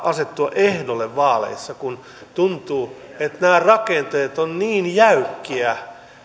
asettua ehdolle vaaleissa kun tuntuu että nämä rakenteet ovat niin jäykkiä